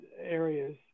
areas